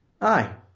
Aye